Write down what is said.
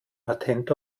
patent